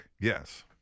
Yes